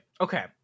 Okay